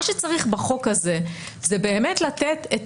מה שצריך לתת בחוק הזה זה את הכלי